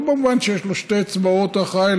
לא במובן שיש לו שתי אצבעות בהכרעה,